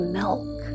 milk